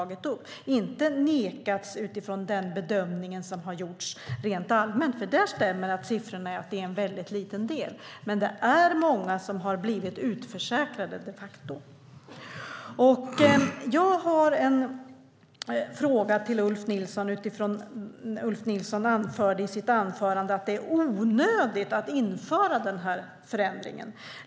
Det gäller alltså inte att man nekats utifrån den bedömning som gjorts rent allmänt. Där stämmer siffrorna; det är en väldigt liten del. Men det är de facto många som har blivit utförsäkrade. Jag har en fråga till Ulf Nilsson. Han sade i sitt anförande att det är onödigt att införa förändringen.